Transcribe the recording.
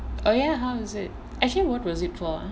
oh ya how is it actually what was it for ah